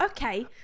Okay